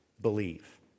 believe